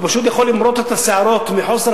הוא פשוט יכול למרוט את השערות מחוסר